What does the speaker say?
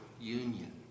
union